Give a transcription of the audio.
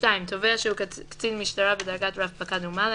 (2)תובע שהוא קצין משטרה בדרגת רב פקד ומעלה,